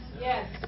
yes